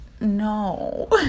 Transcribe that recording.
No